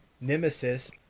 nemesis